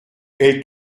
elle